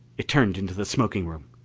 it turned into the smoking room.